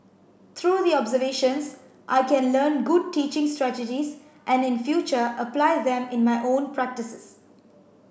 through the observations I can learn good teaching strategies and in future apply them in my own practices